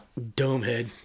Domehead